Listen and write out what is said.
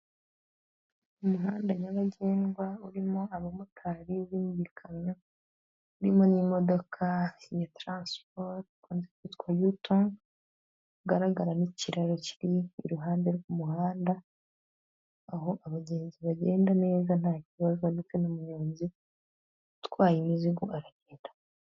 Umuhanda nyabagendwa, urimo abamotari b'ibikamyo, urimo n'imodoka ya taransiporo kwitwa yuto igaragaramo ikiraro kiri iruhande rw'umuhanda, aho abagenzi bagenda neza nta kibazo ndetse n'umunyozi, utwaye imizigo aragenda.